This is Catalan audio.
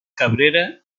cabrera